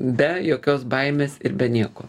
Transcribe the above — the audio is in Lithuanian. be jokios baimės ir be nieko